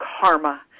Karma